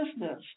business